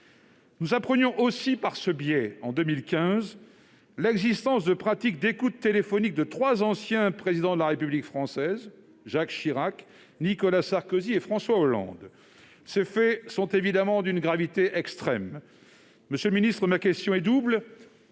Nous apprenions également par ce biais, en 2015, la mise sur écoute téléphonique de trois présidents de la République française : Jacques Chirac, Nicolas Sarkozy et François Hollande. Ces faits sont évidemment d'une gravité extrême. Monsieur le ministre, ma question est double